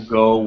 go